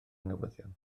newyddion